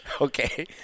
Okay